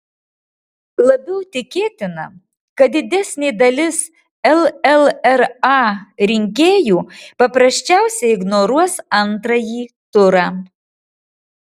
labiau tikėtina kad didesnė dalis llra rinkėjų paprasčiausiai ignoruos antrąjį turą